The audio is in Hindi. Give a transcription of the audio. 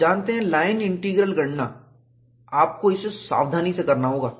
आप जानते हैं लाइन इंटीग्रल गणना आपको इसे सावधानी से करना होगा